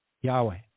Yahweh